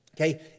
Okay